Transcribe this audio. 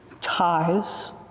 ties